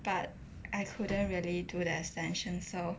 but I couldn't really do the extension so